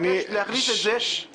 אני מבקש להכניס את זה לנוהל.